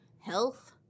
health